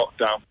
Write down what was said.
lockdown